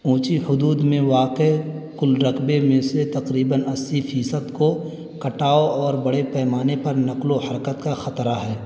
اونچی حدود میں واقع کل رکبے میں سے تقریباً اسّی فیصد کو کٹاؤ اور بڑے پیمانے پر نکل و حرکت کا خطرہ ہے